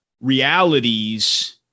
realities